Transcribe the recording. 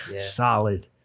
Solid